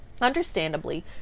Understandably